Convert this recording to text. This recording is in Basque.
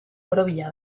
borobila